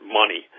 money